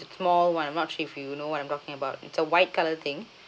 it's small one I'm not sure if you know what I'm talking about it's a white colour thing